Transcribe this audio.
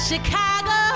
Chicago